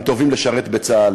הם טובים לשרת בצה"ל,